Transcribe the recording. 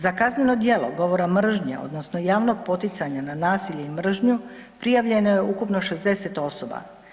Za kazneno djelo govorom mržnje odnosno javnog poticanja na nasilje i mržnju, prijavljeno je ukupno 60 osoba.